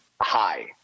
hi